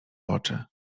oczy